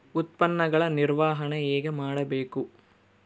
ಉತ್ಪನ್ನಗಳ ನಿರ್ವಹಣೆ ಹೇಗೆ ಮಾಡಬೇಕು?